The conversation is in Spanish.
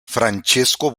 francesco